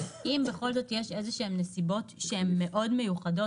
אם בכל זאת יש איזה שהן נסיבות שהן מאוד מיוחדות,